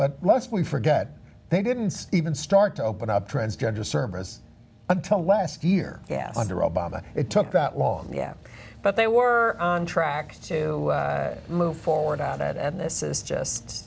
but must we forget they didn't even start to open up transgender service until last year yes under obama it took that long yeah but they were on track to move forward on it and this is just